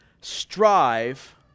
strive